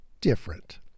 different